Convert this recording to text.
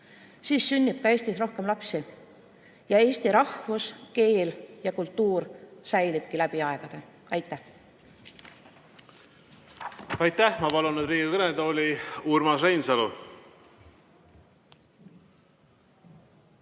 siis sünnib ka Eestis rohkem lapsi ning eesti rahvus, keel ja kultuur säilib läbi aegade. Aitäh!